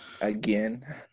again